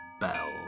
bell